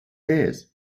his